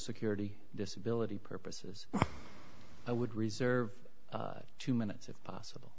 security disability purposes i would reserve two minutes of possible